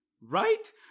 right